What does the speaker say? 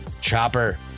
Chopper